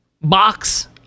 box